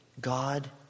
God